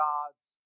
God's